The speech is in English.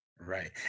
right